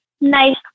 nice